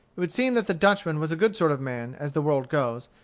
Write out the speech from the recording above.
it would seem that the dutchman was a good sort of man, as the world goes,